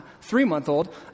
three-month-old